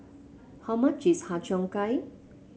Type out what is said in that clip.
how much is Har Cheong Gai